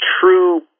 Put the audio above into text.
True